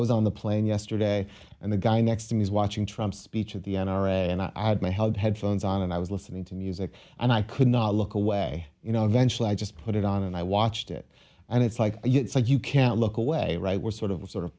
was on the plane yesterday and the guy next to me is watching trump speech at the n r a and i had my head headphones on and i was listening to music and i could not look away you know eventually i just put it on and i watched it and it's like it's like you can't look away right we're sort of sort of